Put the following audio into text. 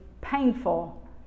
painful